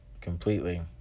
completely